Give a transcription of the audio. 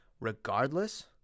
regardless